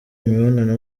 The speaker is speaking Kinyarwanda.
imibonano